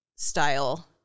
style